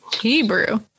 Hebrew